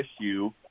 issue